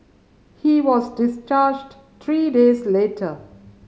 he was discharged three days later